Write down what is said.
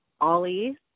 Ollie